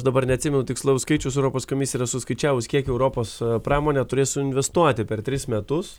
dabar neatsimenu tikslaus skaičiaus europos komisija yra suskaičiavus kiek europos pramonė turės suinvestuoti per tris metus